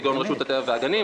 כגון רשות הטבע והגנים,